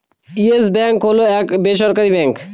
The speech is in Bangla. ইয়েস ব্যাঙ্ক হল এক বেসরকারি ব্যাঙ্ক